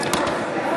להלן תוצאות ההצבעה